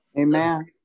amen